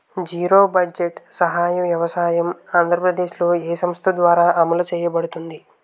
Zero budget సహజ వ్యవసాయం ఆంధ్రప్రదేశ్లో, ఏ సంస్థ ద్వారా అమలు చేయబడింది?